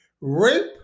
Rape